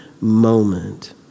moment